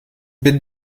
bin